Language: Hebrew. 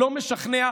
לא משכנע.